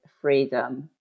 freedom